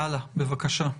הלאה, בבקשה.